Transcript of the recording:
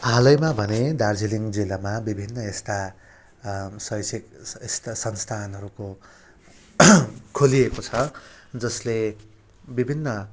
हालैमा भने दार्जिलिङ जिल्लामा विभिन्न यस्ता शैक्षिक यस्ता संस्थानहरूको खोलिएको छ जसले विभिन्न